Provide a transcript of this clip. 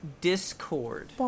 Discord